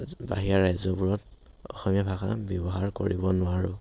বাহিৰা ৰাজ্যবোৰত অসমীয়া ভাষা ব্যৱহাৰ কৰিব নোৱাৰোঁ